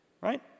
Right